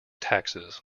taxes